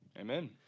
Amen